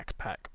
backpack